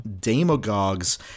Demagogues